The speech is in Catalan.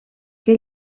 que